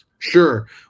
Sure